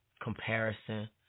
comparison